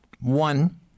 One